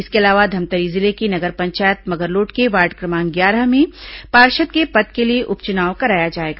इसके अलावा धमतरी जिले की नगर पंचायत मगरलोड के वार्ड क्रमांक ग्याह में पार्षद के पद के लिए उप चुनाव कराया जाएगा